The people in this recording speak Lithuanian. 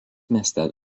mieste